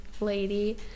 lady